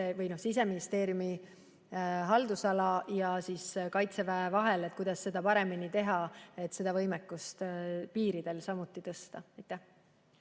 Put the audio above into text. Siseministeeriumi haldusala ja Kaitseväe vahel, kuidas seda paremini teha, et võimekust piiridel samuti tõsta.